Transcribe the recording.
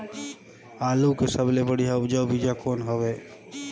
आलू के सबले बढ़िया उपजाऊ बीजा कौन हवय?